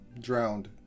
drowned